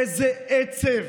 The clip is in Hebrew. איזה עצב,